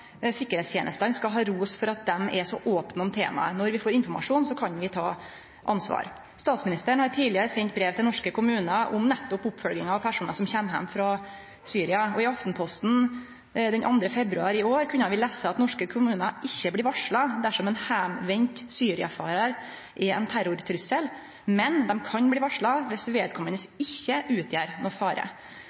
skal ha ros for at dei er så opne om temaet. Når vi får informasjon, kan vi ta ansvar. Statsministeren har tidlegare sendt brev til norske kommunar om oppfølginga av personar som kjem heim frå Syria. I Aftenposten den 2. februar i år kunne vi lese at norske kommunar ikkje blir varsla dersom ein heimkomen Syria-farar er ein terrortrussel, men dei kan bli varsla viss vedkomande ikkje utgjer nokon fare.